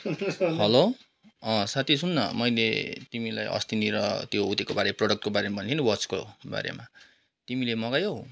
hello अँ साथी सुन् न मैले तिमीलाई अस्तिनिर त्यो उत्योको बारे प्रडक्टको बारेमा भने नि त्यो वाचको बारेमा तिमीले मगायौ